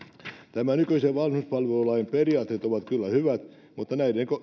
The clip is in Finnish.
tämän nykyisen vanhuspalvelulain periaatteet ovat kyllä hyvät mutta